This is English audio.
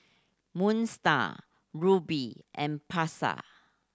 Moon Star Rubi and Pasar